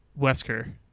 Wesker